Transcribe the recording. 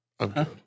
Okay